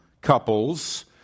couples